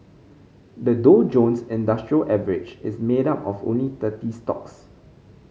the Dow Jones Industrial Average is made up of only thirty stocks